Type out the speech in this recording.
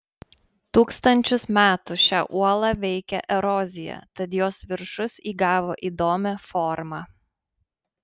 tūkstančius metų šią uolą veikė erozija tad jos viršus įgavo įdomią formą